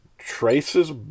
traces